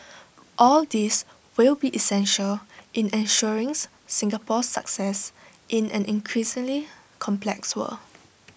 all these will be essential in ensuring Singapore's success in an increasingly complex world